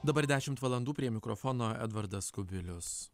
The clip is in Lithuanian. dabar dešimt valandų prie mikrofono edvardas kubilius